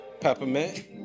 peppermint